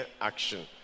action